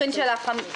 אפליה.